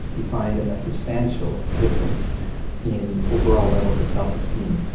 you find a substantial difference in overall levels of self-esteem.